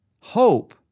Hope